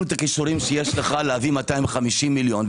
הכישורים שיש לך להביא 250 מיליון,